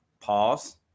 Pause